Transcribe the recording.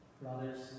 brothers